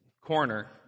corner